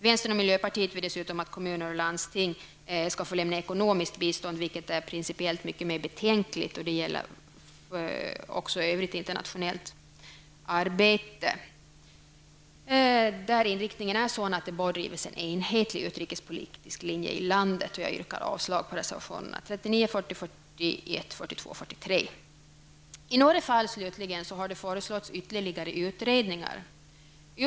Vänstern och miljöpartiet vill dessutom att kommuner och landsting skall få lämna ekonomiskt bistånd, vilket är principiellt mycket mer betänkligt. Det gäller också övrigt internationellt arbete där inriktningen är sådan att det bör drivas en enhetlig utrikespolitisk linje i landet. Jag yrkar därför avslag på reservationerna 39, 40, 41, 42 och 43. I några fall har ytterligare utredningar föreslagits.